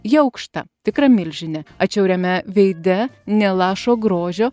ji aukšta tikra milžinė atšiauriame veide nė lašo grožio